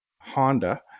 Honda